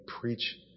preach